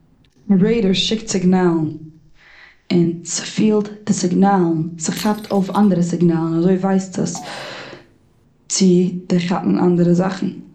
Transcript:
ראדאר שיקט סיגנאלן, און ס'פילט די סיגנאלן, ס'כאפט אויף אנדערע סיגנאלן, אזוי ווייסט עס צו דערכאפן אנדערע זאכן.